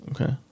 okay